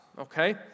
okay